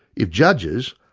if judges,